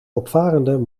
opvarenden